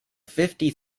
fifty